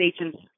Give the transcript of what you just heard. agents